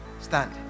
stand